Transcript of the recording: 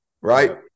Right